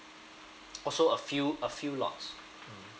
oh so a few a few lots